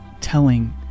telling